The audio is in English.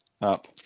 up